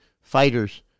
fighters